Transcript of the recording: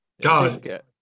God